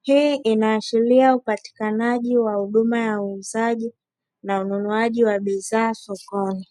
Hii inaashiria upatikanaji wa huduma ya uuzaji na ununuaji wa bidhaa sokoni.